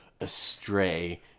astray